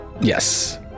Yes